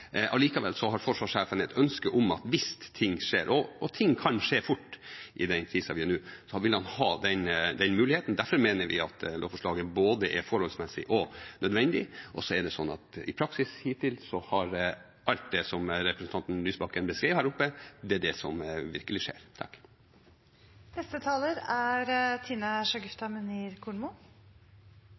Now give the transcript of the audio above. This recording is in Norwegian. så dette får man til. Allikevel har forsvarssjefen et ønske om at hvis ting skjer – og ting kan skje fort i den krisen vi er i nå – vil han ha den muligheten. Derfor mener vi at lovforslaget er både forholdsmessig og nødvendig. I praksis er hittil alt det som representanten Lysbakken beskrev her oppe, det som virkelig skjer.